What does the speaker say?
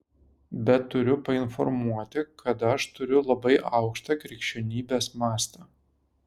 bet turiu painformuoti kad aš turiu labai aukštą krikščionybės mastą